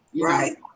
right